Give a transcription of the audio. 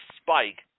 spike